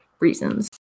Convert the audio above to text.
reasons